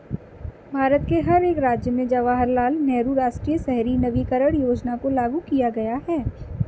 भारत के हर एक राज्य में जवाहरलाल नेहरू राष्ट्रीय शहरी नवीकरण योजना को लागू किया गया है